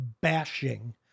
bashing